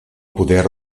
poder